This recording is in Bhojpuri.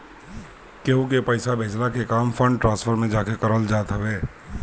केहू के पईसा भेजला के काम फंड ट्रांसफर में जाके करल जात हवे